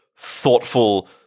thoughtful